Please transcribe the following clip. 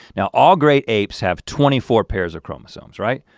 now all great apes have twenty four pairs of chromosomes, right?